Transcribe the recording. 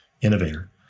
innovator